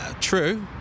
True